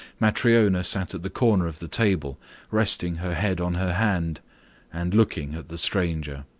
matryona sat at the corner of the table resting her head on her hand and looking at the stranger.